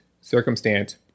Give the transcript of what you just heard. circumstance